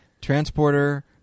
transporter